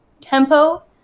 tempo